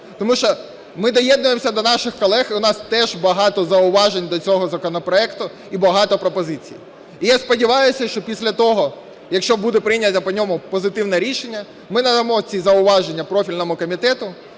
Тому що ми доєднуємося до наших колег, і у нас теж багато зауважень до цього законопроекту і багато пропозицій. І я сподіваюся, що після того, якщо буде прийнято по ньому позитивне рішення, ми надамо ці зауваження профільному комітету